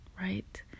right